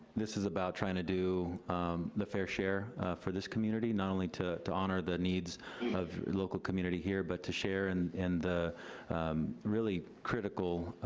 this is about trying to do the fair share for this community, not only to to honor the needs of local community here, but to share and in the really critical